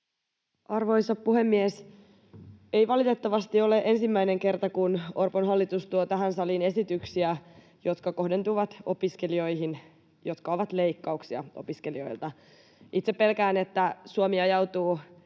Arvoisa puhemies! Ei valitettavasti ole ensimmäinen kerta, kun Orpon hallitus tuo tähän saliin esityksiä, jotka kohdentuvat opiskelijoihin ja jotka ovat leikkauksia opiskelijoilta. Itse pelkään, että Suomi ajautuu